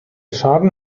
schaden